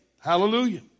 Hallelujah